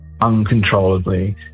uncontrollably